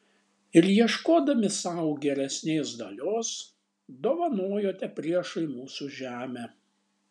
ir ieškodami sau geresnės dalios dovanojote priešui mūsų žemę